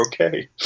okay